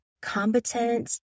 competent